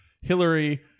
Hillary